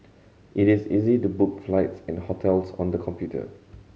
it is easy to book flights and hotels on the computer